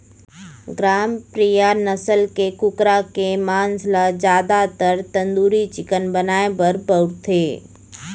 ग्रामप्रिया नसल के कुकरा के मांस ल जादातर तंदूरी चिकन बनाए बर बउरथे